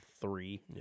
three